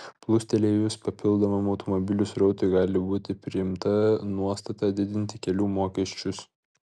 plūstelėjus papildomam automobilių srautui gali būti priimta nuostata didinti kelių mokesčius